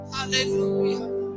Hallelujah